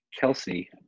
Kelsey